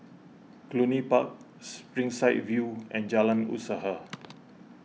Cluny Park Springside View and Jalan Usaha